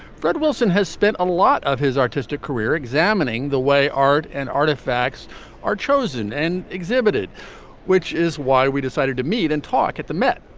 fred wilson has spent a lot of his artistic career examining the way art and artifacts are chosen and exhibited which is why we decided to meet and talk at the met.